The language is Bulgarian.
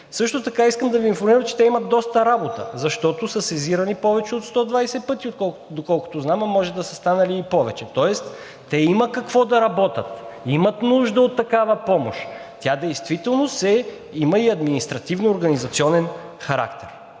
Също така да Ви информирам, че те имат доста работа, защото са сезирани повече от 120 пъти, доколко знам, а може да са станали и повече. Тоест, те има какво да работят, имат нужда от такава помощ. Сега действително има и административно-организационен характер.